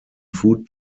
food